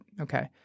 okay